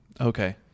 Okay